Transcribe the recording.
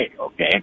okay